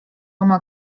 oma